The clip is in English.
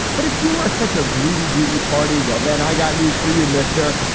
but if you are such a greedy, greedy party, well, then i got news for you, mister.